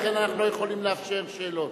לכן אנחנו לא יכולים לאפשר שאלות.